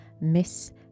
Miss